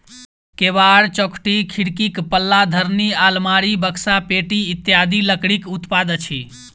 केबाड़, चौखटि, खिड़कीक पल्ला, धरनि, आलमारी, बकसा, पेटी इत्यादि लकड़ीक उत्पाद अछि